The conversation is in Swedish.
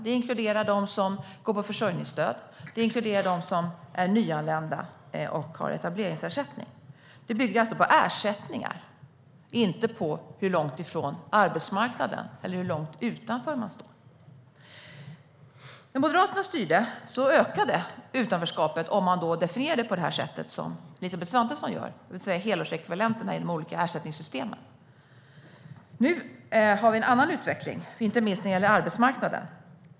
Det inkluderar dem som har försörjningsstöd. Det inkluderar dem som är nyanlända och har etableringsersättning. Det hela bygger på ersättningar, inte på hur långt utanför arbetsmarknaden som man står. När Moderaterna styrde ökade utanförskapet, om man definierar det på det sätt som Elisabeth Svantesson gör, det vill säga genom helårsekvivalenterna i de olika ersättningssystemen. Nu har vi en annan utveckling, inte minst när det gäller arbetsmarknaden.